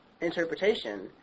interpretation